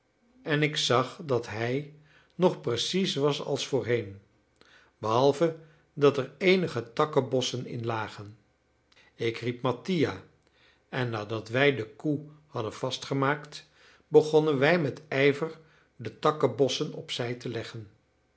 en ik zag dat hij nog precies was als voorheen behalve dat er eenige takkenbossen in lagen ik riep mattia en nadat wij de koe hadden vastgemaakt begonnen wij met ijver de takkenbossen opzijde te leggen